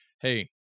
hey